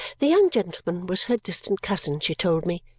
the young gentleman was her distant cousin, she told me,